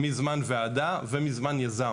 מזמן ועדה ומזמן יזם.